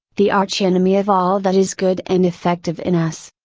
the arch enemy of all that is good and effective in us.